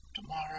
tomorrow